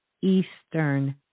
Eastern